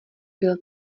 byl